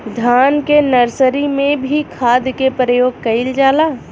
धान के नर्सरी में भी खाद के प्रयोग कइल जाला?